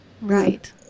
Right